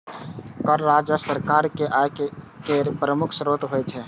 कर राजस्व सरकार के आय केर प्रमुख स्रोत होइ छै